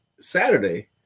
Saturday